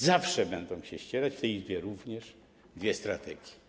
Zawsze będą się ścierać, w tej Izbie również, dwie strategie.